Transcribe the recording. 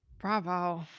Bravo